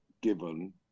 given